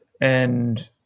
And-